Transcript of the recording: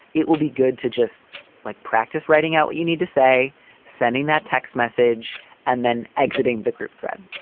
it will be good to just like practice writing out, you need to say sending that text message and then exiting the group thread.